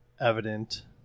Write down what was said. evident